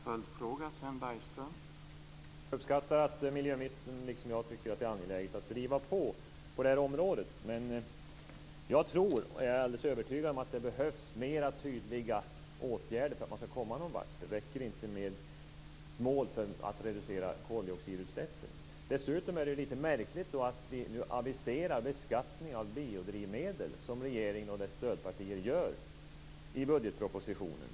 Herr talman! Jag uppskattar att miljöministern, liksom jag, tycker att det är angeläget att vara pådrivande på det här området. Men jag är alldeles övertygad om att det behövs mera tydliga åtgärder för att man ska komma någon vart. Det räcker inte med mål för att man ska reducera koldioxidutsläppen. Dessutom är det lite märkligt att det nu aviseras beskattning av biodrivmedel som regeringen och dess stödpartier gör i budgetpropositionen.